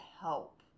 help